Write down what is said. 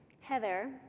Heather